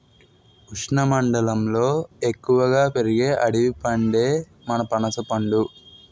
ఉష్ణమండలంలో ఎక్కువగా పెరిగే అడవి పండే మన పనసపండు